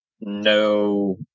no